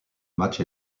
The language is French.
match